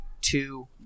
two